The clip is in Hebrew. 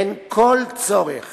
אין כל צורך